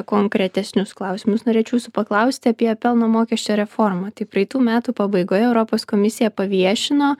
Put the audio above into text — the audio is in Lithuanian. konkretesnius klausimus norėčiau jūsų paklausti apie pelno mokesčio reformą tai praeitų metų pabaigoje europos komisija paviešino